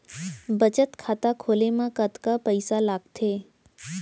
बचत खाता खोले मा कतका पइसा लागथे?